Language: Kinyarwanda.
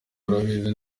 urabizi